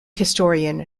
historian